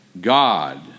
God